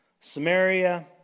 Samaria